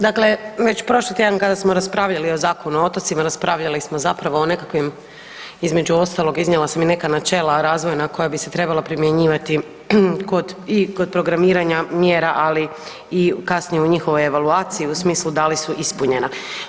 Dakle, već prošli tjedan kada smo raspravljali o Zakonu o otocima, raspravljali smo zapravo o nekakvim između ostalog iznijela sam i neka načela razvojna koja bi se trebala primjenjivati i kod programiranja mjera ali i kasnije u njihovoj evaluaciji, u smislu da li su ispunjena.